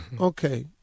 Okay